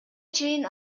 чейин